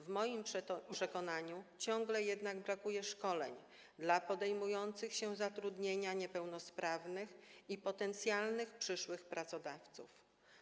W moim przekonaniu ciągle jednak brakuje szkoleń dla podejmujących się zatrudnienia niepełnosprawnych i potencjalnych przyszłych pracodawców.